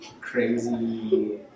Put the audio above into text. crazy